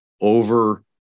over